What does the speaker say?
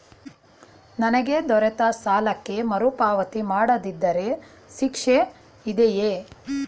ನನಗೆ ದೊರೆತ ಸಾಲಕ್ಕೆ ಮರುಪಾವತಿ ಮಾಡದಿದ್ದರೆ ಶಿಕ್ಷೆ ಇದೆಯೇ?